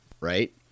right